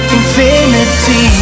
infinity